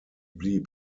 blieb